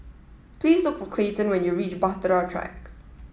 please look for Clayton when you reach Bahtera Track